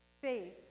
faith